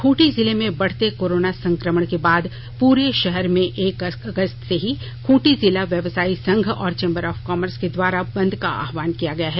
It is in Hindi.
खूंटी जिले में बढ़ते कोरोना संक्रमण के बाद पूरे शहर में एक अगस्त से ही खूँटी जिला व्यवसायी संघ और चैम्बर ऑफ कॉमर्स के द्वारा बन्द का आहवान किया गया है